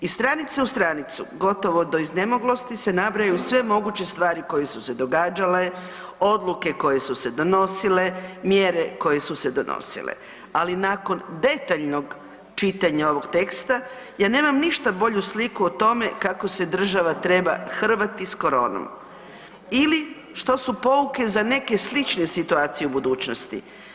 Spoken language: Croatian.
Iz stranice u stranicu, gotovo do iznemoglosti se nabrajaju sve moguće stvari koje su se događale, odluke koje su se donosile, mjere koje su se donosile ali nakon detaljnog čitanja ovog teksta, ja nemam ništa bolju sliku o tome kako se država treba hrvati s koronom ili što su pouke za neke slične situacije u budućnosti.